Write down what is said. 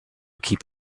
keep